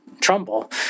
Trumbull